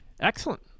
Excellent